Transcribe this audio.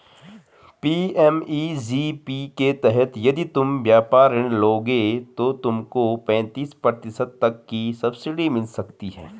PMEGP के तहत यदि तुम व्यापार ऋण लोगे तो तुमको पैंतीस प्रतिशत तक की सब्सिडी मिल सकती है